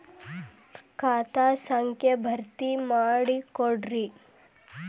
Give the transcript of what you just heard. ಖಾತಾ ಸಂಖ್ಯಾ ಭರ್ತಿ ಮಾಡಿಕೊಡ್ರಿ